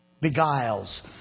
Beguiles